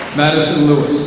madison lewis.